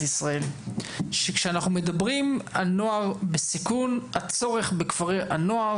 ישראל שכשאנחנו מדברים על נוער בסיכון הצורך בכפרי הנוער